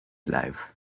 live